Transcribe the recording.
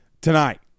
tonight